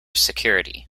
security